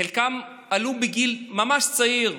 חלקם עלו בגיל ממש צעיר,